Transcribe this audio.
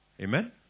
Amen